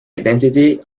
identity